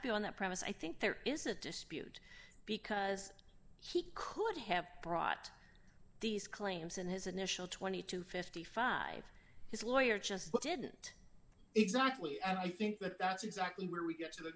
premise i think there is a dispute because he could have brought these claims in his initial twenty to fifty five his lawyer just didn't exactly and i think that that's exactly where we got to the